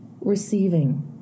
receiving